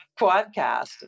podcast